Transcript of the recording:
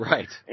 Right